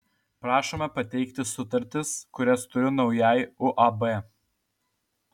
prašoma pateikti sutartis kurias turiu naujai uab